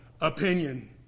opinion